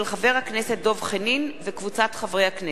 של חבר הכנסת אחמד טיבי וקבוצת חברי הכנסת,